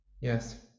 Yes